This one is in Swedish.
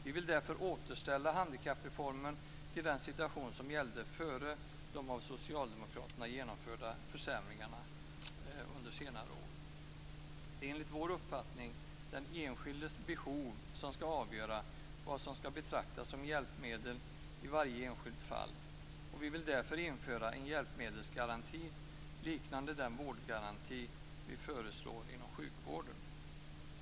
Vi vill därför återställa handikappreformen till den situation som gällde före de av socialdemokraterna genomförda försämringarna under senare år. Det är enligt vår uppfattning den enskildes behov som skall avgöra vad som skall betraktas som hjälpmedel i varje enskilt fall. Vi vill därför införa en hjälpmedelsgaranti, liknande den vårdgaranti som vi föreslår inom sjukvården.